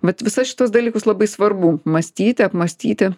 vat visa šituos dalykus labai svarbu mąstyti apmąstyti